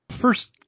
First